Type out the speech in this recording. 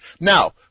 Now